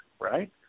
right